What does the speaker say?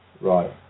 Right